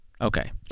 Okay